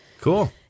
cool